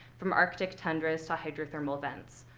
from arctic tundras to hydrothermal vents.